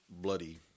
bloody